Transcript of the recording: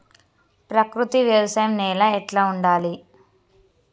ప్రకృతి వ్యవసాయం నేల ఎట్లా ఉండాలి?